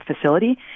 facility